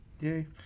yay